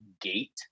gate